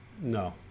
No